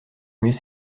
mieux